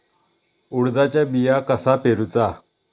उडदाचा बिया कसा पेरूचा?